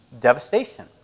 devastation